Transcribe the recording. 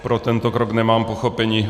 Pro tento krok nemám pochopení.